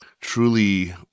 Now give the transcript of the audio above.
truly